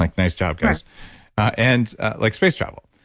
like nice job guys and like space travel.